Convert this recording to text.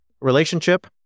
relationship